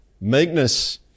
Meekness